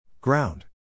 Ground